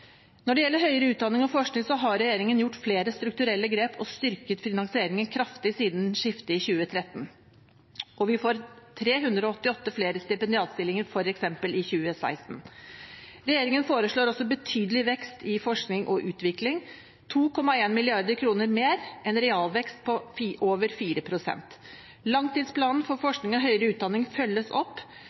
Når det gjelder høyere utdanning og forskning, har regjeringen gjort flere strukturelle grep og styrket finansieringen kraftig siden skiftet i 2013. Vi får f.eks. 388 flere stipendiatstillinger i 2016. Regjeringen foreslår også en betydelig vekst i forskning og utvikling – 2,1 mrd. kr mer, en realvekst på over 4 pst. Langtidsplanen for forskning og høyere utdanning følges opp.